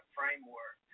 Framework